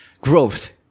growth